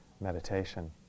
meditation